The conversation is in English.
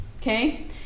Okay